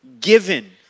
given